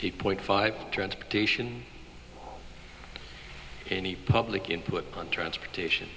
the point five transportation any public input on transportation